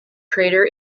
crater